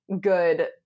good